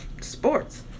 sports